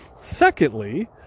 secondly